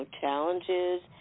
challenges